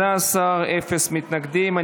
בעד, 18, אפס מתנגדים.